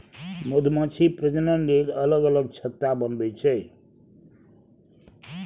मधुमाछी प्रजनन लेल अलग अलग छत्ता बनबै छै